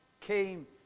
came